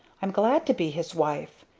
i'm glad to be his wife!